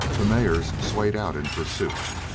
the mares swayed out in pursuit.